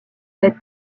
cette